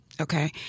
Okay